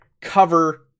cover